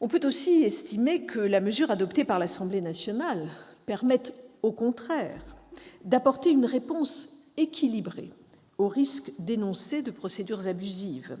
On peut estimer que la mesure adoptée par l'Assemblée nationale permet, au contraire, d'apporter une réponse équilibrée aux risques dénoncés de procédures abusives